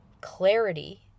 clarity